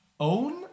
Own